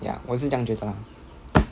ya 我是这样觉得 lah